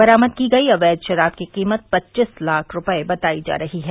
बरामद की गई अवैध शराब की कीमत पच्चीस लाख रूपये बतायी जा रही है